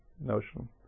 notion